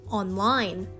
online